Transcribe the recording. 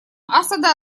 асада